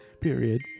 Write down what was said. Period